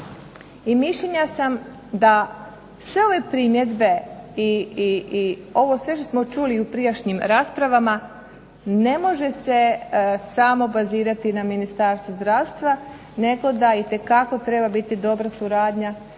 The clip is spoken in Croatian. i mišljenja sam da sve ove primjedbe i ovo sve što smo čuli u prijašnjim raspravama, ne može se samo bazirati na Ministarstvo zdravstva nego da itekako treba biti dobra suradnja